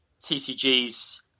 TCGs